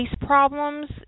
problems